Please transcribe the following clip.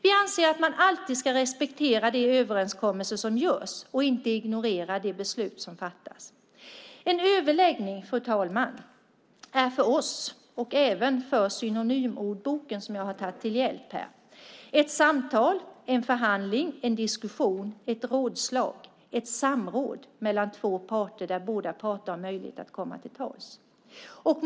Vi anser att man alltid ska respektera de överenskommelser som görs och inte ignorera de beslut som fattas. En överläggning, fru talman, är för oss, och även för synonymordboken som jag har tagit till hjälp, ett samtal, en förhandling, en diskussion, ett rådslag eller ett samråd mellan två parter där båda parterna har möjlighet att komma till tals.